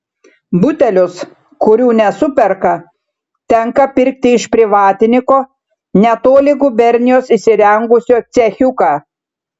butelius kurių nesuperka tenka pirkti iš privatininko netoli gubernijos įsirengusio cechiuką